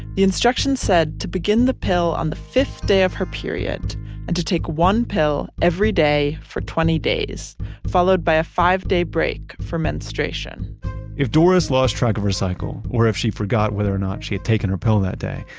the instructions said to begin the pill on the fifth day of her period and to take one pill every day for twenty days followed by a five-day break for menstruation if doris lost track of her cycle or if she forgot whether or not she had taken her pill that day,